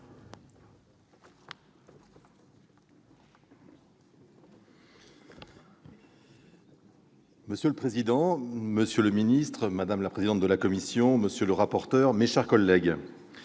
Monsieur le président, monsieur le ministre, madame la présidente de la commission, monsieur le rapporteur, mes chers collègues,